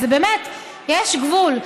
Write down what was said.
באמת, יש גבול.